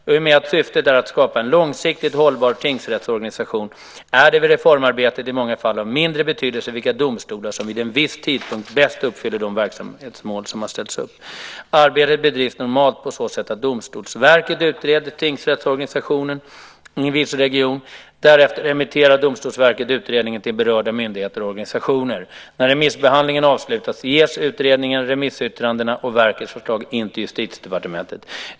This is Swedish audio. I och med att syftet är att skapa en långsiktigt hållbar tingsrättsorganisation är det vid reformarbetet i många fall av mindre betydelse vilka domstolar som vid en viss tidpunkt bäst uppfyller de verksamhetsmål som har ställts upp. Arbetet bedrivs normalt på så sätt att Domstolsverket utreder tingsrättsorganisationen i en viss region. Därefter remitterar Domstolsverket utredningen till berörda myndigheter och organisationer. När remissbehandlingen avslutats ges utredningen, remissyttrandena och verkets förslag in till Justitiedepartementet.